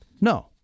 No